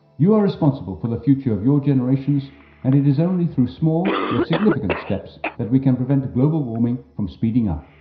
you are responsible for the future of your generations and it is only through small yet significant steps that we can prevent global warming from speeding up.